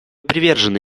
привержены